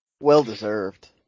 Well-deserved